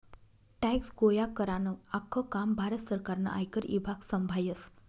tax गोया करानं आख्खं काम भारत सरकारनं आयकर ईभाग संभायस